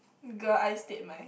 girl ai-stead-mai